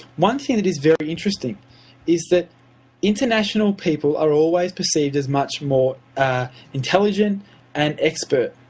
one thing that is very interesting is that international people are always perceived as much more intelligent and expert.